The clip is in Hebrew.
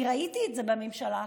אני ראיתי את זה בממשלה האחרונה.